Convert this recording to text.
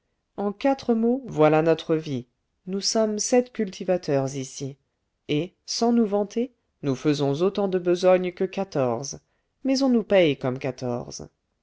en quatre mots voilà notre vie nous sommes sept cultivateurs ici et sans nous vanter nous faisons autant de besogne que quatorze mais on nous paye comme quatorze